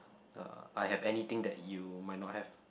I have anything that you might not have